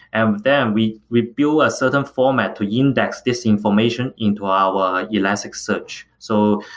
and then we we build a certain format to index this information into our elasticsearch. so,